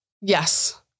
Yes